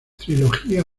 trilogía